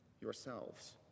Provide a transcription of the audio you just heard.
yourselves